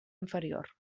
inferior